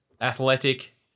athletic